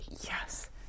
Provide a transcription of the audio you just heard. Yes